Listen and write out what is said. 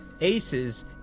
Ace's